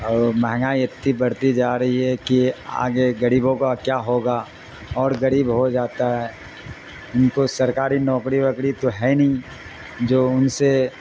اور مہنگائی اتنی بڑھتی جا رہی ہے کہ آگے غریبوں کا کیا ہوگا اور غریب ہو جاتا ہے ان کو سرکاری نوکری ووکری تو ہے نہیں جو ان سے